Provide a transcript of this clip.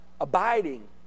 abiding